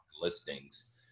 listings